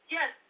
Yes